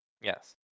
Yes